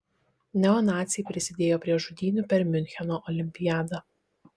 neonaciai prisidėjo prie žudynių per miuncheno olimpiadą